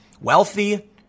Wealthy